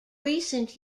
recent